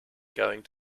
going